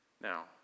Now